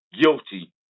guilty